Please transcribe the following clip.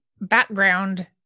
background